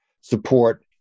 support